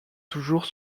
toujours